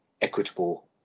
equitable